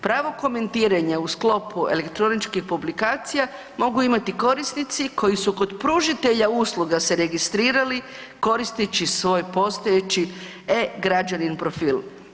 Pravo komentiranja u sklopu elektroničkih publikacija mogu imati korisnici koji su kod pružatelja usluga se registrirali koristeći svoj postojeći e-građanin profil.